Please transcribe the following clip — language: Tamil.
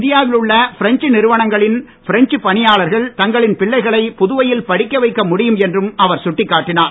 இந்தியா வில் உள்ள பிரெஞ்ச் நிறுவனங்களின் பிரெஞ்ச் பணியாளர்கள் தங்களின் பிள்ளைகளை புதுவையில் படிக்கவைக்க முடியம் என்றும் அவர் சுட்டிக் காட்டினார்